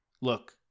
look